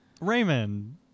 raymond